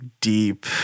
deep